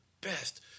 best